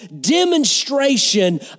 demonstration